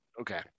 Okay